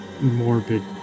morbid